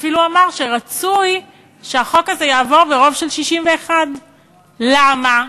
אפילו אמר שרצוי שהחוק הזה יעבור ברוב של 61. למה?